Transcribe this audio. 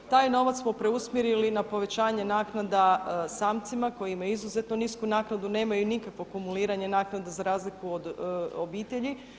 Taj novac smo preusmjerili na povećanje naknada samcima koji imaju izuzetno nisku naknadu, nemaju nikakvo kumuliranje naknada za razliku od obitelji.